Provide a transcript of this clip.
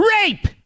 RAPE